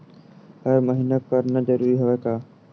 हर महीना करना जरूरी हवय का?